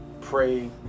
pray